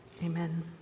Amen